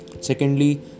Secondly